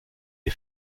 les